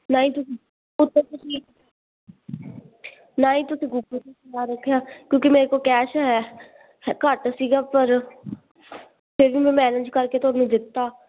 ਨਾ ਹੀ ਤੁਸੀਂ ਨਾ ਹੀ ਤੁਸੀਂ ਗੂਗਲ ਪੇ ਚਲਾ ਰੱਖਿਆ ਕਿਉਂਕੀ ਮੇਰੇ ਕੋਲ ਕੈਸ਼ ਹੈ ਘੱਟ ਸੀਗਾ ਫਿਰ ਵੀ ਮੈਂ ਮੈਨੇਜ ਕਰਕੇ ਤੁਹਾਨੂੰ ਦਿੱਤਾ